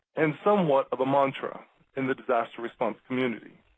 and somewhat of a mantra in the disaster response community.